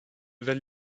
val